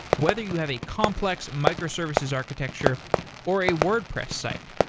whether you have a complex microservices architecture or a wordpress site.